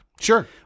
Sure